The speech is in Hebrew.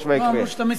אני רוצה להגיד לך,